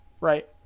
right